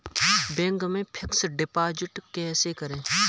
Bank में fix deposit कैसे करें?